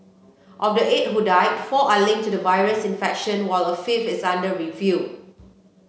of the eight who died four are linked to the virus infection while a fifth is under review